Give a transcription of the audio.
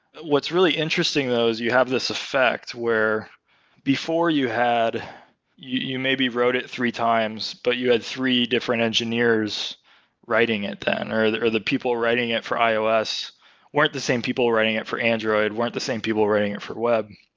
what's really interesting though is you have this effect where before you had you maybe wrote it three times, but you had three different engineers writing it then or the or the people writing it for ios weren't the same people writing it for android, weren't the same people writing it for web.